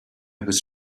was